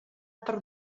per